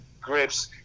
grips